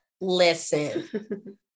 listen